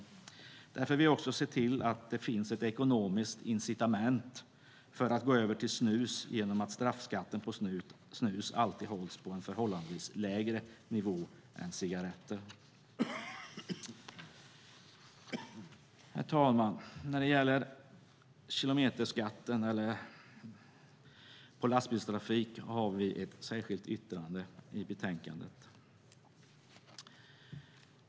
Därför vill vi också se till att det finns ett ekonomiskt incitament för att gå över till snus, genom att straffskatten på snus alltid hålls på en förhållandevis lägre nivå än för cigaretter. Herr talman! När det gäller kilometerskatt för lastbilstrafik har vi ett särskilt yttrande i betänkandet.